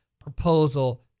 proposal